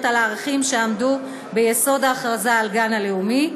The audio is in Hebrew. על הערכים שעמדו ביסוד ההכרזה על הגן הלאומי.